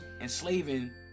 enslaving